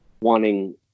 Wanting